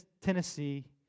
Tennessee